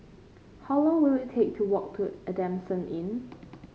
how long will it take to walk to Adamson Inn